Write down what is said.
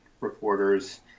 reporters